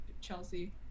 Chelsea